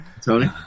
Tony